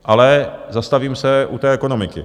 Ale zastavím se u té ekonomiky.